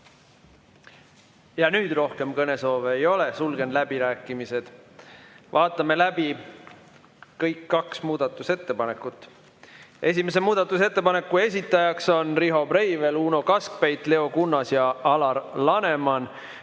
Ja nüüd rohkem kõnesoove ei ole. Sulgen läbirääkimised. Vaatame läbi kõik kaks muudatusettepanekut. Esimese muudatusettepaneku esitajad on Riho Breivel, Uno Kaskpeit, Leo Kunnas ja Alar Laneman.